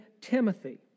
Timothy